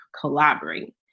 collaborate